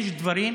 יש דברים,